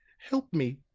help me,